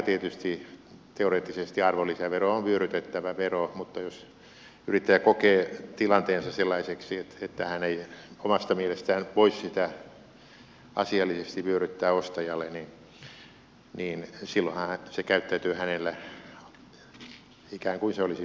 tietysti teoreettisesti arvonlisävero on vyörytettävä vero mutta jos yrittäjä kokee tilanteensa sellaiseksi että hän ei omasta mielestään voi sitä asiallisesti vyöryttää ostajalle niin silloinhan se käyttäytyy hänellä ikään kuin se olisi tulovero